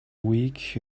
week